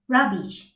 Rubbish